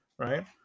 Right